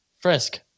Frisk